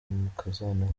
umukazana